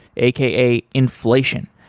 a k a. inflation.